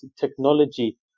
technology